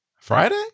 Friday